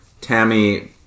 Tammy